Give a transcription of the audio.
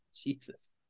Jesus